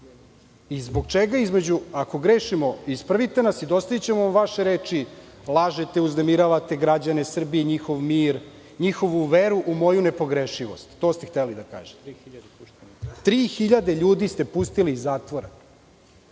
Zbog čega? Ako grešimo, ispravite nas i dostavićemo vaše reči - lažete, uznemiravate građane Srbije i njihov mir, njihovu veru u moju nepogrešivost. To ste hteli da kažete. Tri hiljade ljudi ste pustili iz zatvora.